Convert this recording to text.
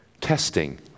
Testing